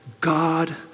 God